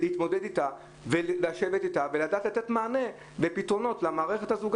צריך לשבת איתם ולדעת לתת מענה ופתרונות גם למערכת הזאת.